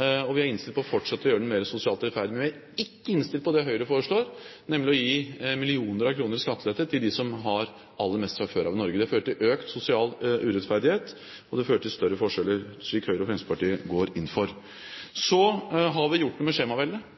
og vi er innstilt på fortsatt å gjøre den mer sosialt rettferdig. Men vi er ikke innstilt på det Høyre foreslår, nemlig å gi millioner av kroner i skattelette til dem som har aller mest fra før av i Norge. Det fører til økt sosial urettferdighet, og det fører til større forskjeller, slik Høyre og Fremskrittspartiet går inn for. Så har vi gjort noe med